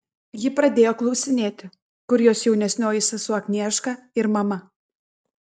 ji pradėjo klausinėti kur jos jaunesnioji sesuo agnieška ir mama